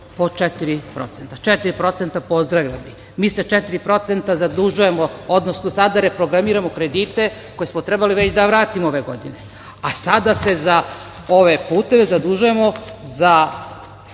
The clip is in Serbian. procenta pozdravila bih. Mi se 4% zadužujemo, odnosno sada reprogramiramo kredite koje smo trebali već da vratimo ove godine, a sada se za ove puteve zadužujemo za